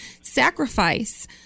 sacrifice